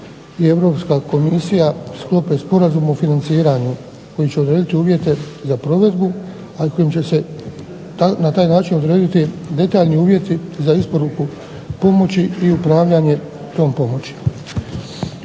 i Europska komisija sklope Sporazum o financiranju koji će odrediti uvjete za provedbu, a kojim će se na taj način odrediti detaljni uvjeti za isporuku pomoći i upravljanje tom pomoći.